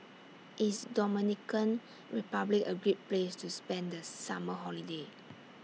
IS Dominican Republic A Great Place to spend The Summer Holiday